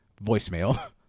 voicemail